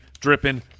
dripping